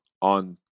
on